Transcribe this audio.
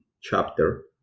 chapter